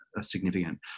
significant